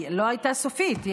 היא לא הייתה סופית.